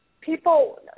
people